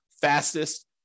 fastest